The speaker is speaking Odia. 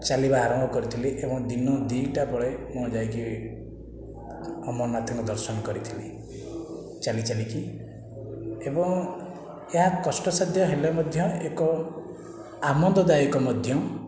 ଚାଲିବା ଆରମ୍ଭ କରିଥିଲି ଏବଂ ଦିନ ଦୁଇଟା ବେଳେ ମୁଁ ଯାଇକି ଅମରନାଥଙ୍କ ଦର୍ଶନ କରିଥିଲି ଚାଲି ଚାଲିକି ଏବଂ ଏହା କଷ୍ଟସାଧ୍ୟ ହେଲେ ମଧ୍ୟ ଏକ ଆନନ୍ଦଦାୟକ ମଧ୍ୟ